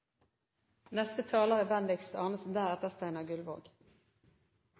Neste taler er